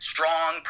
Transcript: Strong